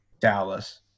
Dallas